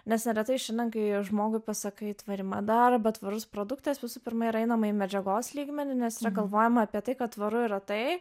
nes neretai šiandien kai žmogui pasakai tvari mada arba tvarus produktas visų pirma yra einama į medžiagos lygmenį nes yra galvojama apie tai kad tvaru yra tai